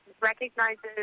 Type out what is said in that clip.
recognizes